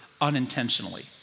unintentionally